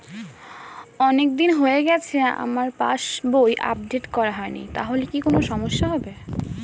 অনেকদিন হয়ে গেছে আমার পাস বই আপডেট করা হয়নি তাহলে কি কোন সমস্যা হবে?